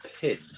pin